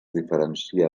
diferencia